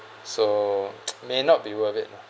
so may not be worth it lah